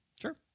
Sure